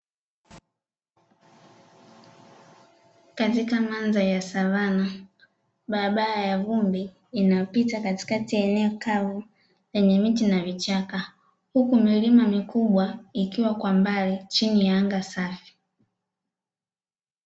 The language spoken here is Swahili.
Katika mandhari ya savana, barabara ya vumbi inapita katikati ya eneo kavu lenye miti na vichaka, huku milima mikubwa ikiwa kwa mbali chini ya anga safi.